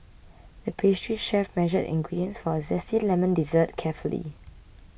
the pastry chef measured the ingredients for a Zesty Lemon Dessert carefully